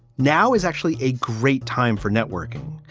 now is actually a great time for networking.